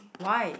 why